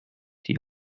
die